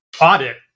audit